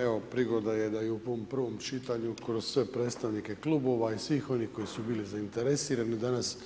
Evo prigoda je da u ovom prvom čitanju kroz sve predstavnike klubova i svih onih koji su bili zainteresirani danas